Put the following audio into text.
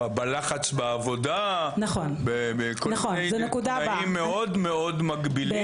גם בלחץ בעבודה ועוד כל מיני תנאים מאוד מאוד מגבילים.